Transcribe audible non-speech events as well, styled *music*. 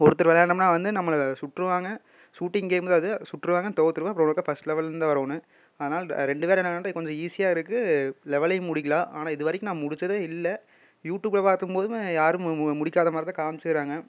ஒருத்தர் விளையாண்டோம்னா வந்து நம்மளை சுட்டுருவாங்க ஷீட்டிங் கேம் தான் அது சுட்டுருவாங்க தோத்துடுவேன் அப்பறம் *unintelligible* ஃபர்ஸ்ட் லெவல்லேருந்து தான் வரணும் அதனாலே ரெண்டு பேர் விளையாண்டா கொஞ்சம் ஈஸியாக இருக்குது லெவலையும் முடிக்கலாம் ஆனால் இதுவரைக்கும் நான் முடித்ததே இல்லை யூடியூப்பை பார்த்தும் போதும் யாரும் முடிக்காத மாதிரி தான் காமிச்சுக்குறாங்க